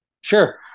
Sure